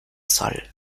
soll